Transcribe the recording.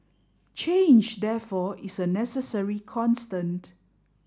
change therefore is a necessary constant